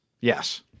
Yes